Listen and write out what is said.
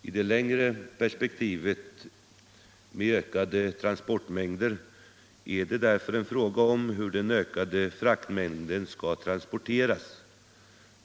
I det längre perspektivet med ökade transportmängder är det därför en fråga om hur den ökade fraktmängden skall transporteras.